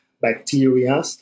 bacteria